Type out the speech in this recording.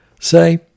say